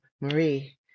Marie